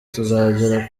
tuzagera